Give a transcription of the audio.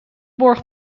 borg